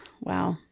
Wow